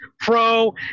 pro